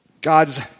God's